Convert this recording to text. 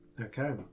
Okay